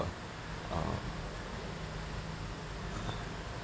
uh